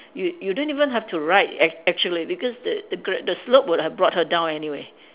you you don't even have to ride ac~ actually because the the gr~ the slope would have brought her down anyway